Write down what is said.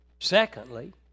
Secondly